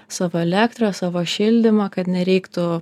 savo elektrą savo šildymą kad nereiktų